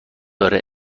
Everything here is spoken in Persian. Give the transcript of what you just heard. داره